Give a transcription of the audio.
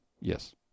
Yes